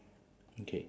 okay